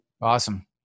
Awesome